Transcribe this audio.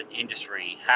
industry